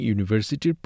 University